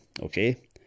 okay